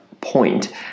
point